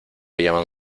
llaman